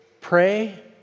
pray